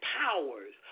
powers